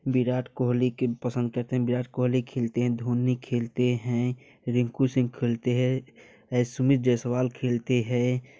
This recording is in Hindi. विराट कोहली के पसंद करते हैं विराट कोहली खेलते हैं धोनी खेलते हैं रिंकू सिंह खेलते हैं सुमित जायसवाल खेलते हैं